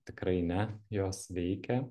tikrai ne jos veikia